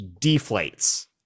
deflates